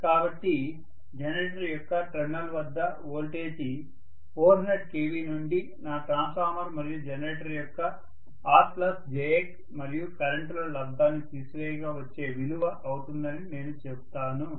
కాబట్టి జనరేటర్ యొక్క టెర్మినల్ వద్ద వోల్టేజ్ 400 kV నుండి నా ట్రాన్స్ఫార్మర్ మరియు జనరేటర్ యొక్క RjX మరియు కరెంటుల లబ్దాన్ని తీసివేయగా వచ్చే విలువ అవుతుందని నేను చెప్తాను